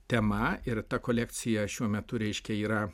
tema ir ta kolekcija šiuo metu reiškia yra